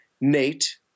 Nate